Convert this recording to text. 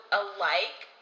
alike